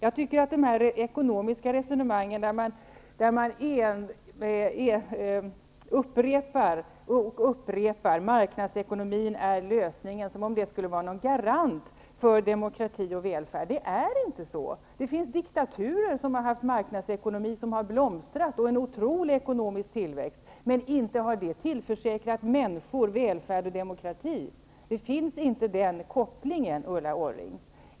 I sina ekonomiska resonemang upprepar man om och om igen att marknadsekonomin är lösningen, som om det skulle vara någon garant för demokrati och välfärd. Det är inte så. Det finns diktaturer som har haft en marknadsekonomi som har blomstrat och som har haft en otrolig ekonomisk tillväxt. Men inte har det tillförsäkrat människor välfärd och demokrati. Den kopplingen finns inte, Ulla Orring.